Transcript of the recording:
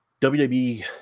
WWE